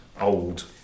old